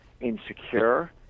insecure